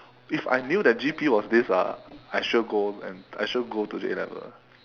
if I knew that G_P was this ah I sure go and I sure go to the A level